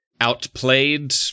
outplayed